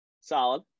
Solid